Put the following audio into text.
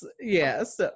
Yes